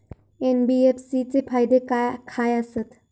NBFC चे फायदे खाय आसत?